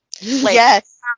Yes